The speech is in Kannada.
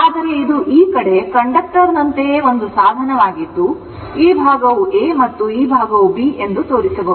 ಆದರೆ ಇದು ಈ ಕಡೆ ಕಂಡಕ್ಟರ್ನಂತೆಯೇ ಒಂದು ಸಾಧನವಾಗಿದ್ದು ಈ ಭಾಗವು A ಮತ್ತು ಈ ಭಾಗವು B ಎಂದು ತೋರಿಸಬಹುದು